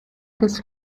des